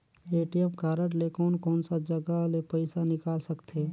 ATM card ले कोन कोन सा जगह ले पइसा निकाल सकथे?